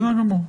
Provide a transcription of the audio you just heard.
בסדר גמור.